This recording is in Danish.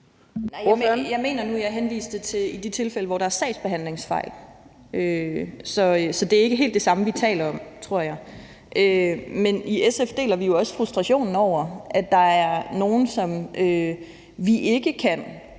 Jeg mener nu, jeg henviste til de tilfælde, hvor der er sagsbehandlingsfejl. Så jeg tror ikke, det er helt det samme, vi taler om. Men i SF deler vi jo også frustrationen over, at der er nogle, som vi ikke kan